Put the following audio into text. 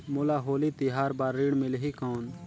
मोला होली तिहार बार ऋण मिलही कौन?